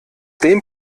dem